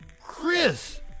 Chris